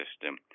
system